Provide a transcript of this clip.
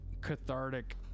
cathartic